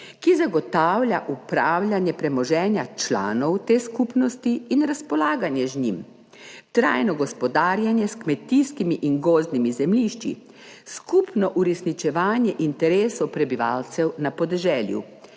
ki zagotavlja upravljanje premoženja članov te skupnosti in razpolaganje z njim, trajno gospodarjenje s kmetijskimi in gozdnimi zemljišči, skupno uresničevanje interesov prebivalcev na podeželju,